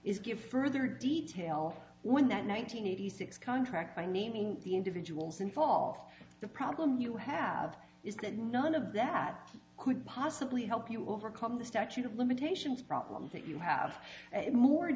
is give further detail when that nine hundred eighty six contract by naming the individuals involved the problem you have is that none of that could possibly help you overcome the statute of limitations problem that you have in more